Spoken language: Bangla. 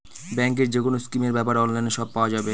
ব্যাঙ্কের যেকোনো স্কিমের ব্যাপারে অনলাইনে সব পাওয়া যাবে